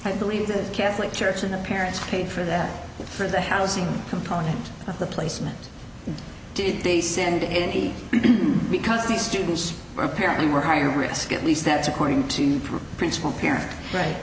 i believe the catholic church and the parents paid for that for the housing component of the placement did they send indeed because the students were apparently were high risk at least that's according to the principle parent right